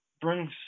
brings